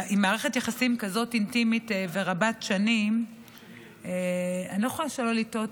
עם מערכת יחסים כזאת אינטימית ורבת שנים אני לא יכולה שלא לתהות,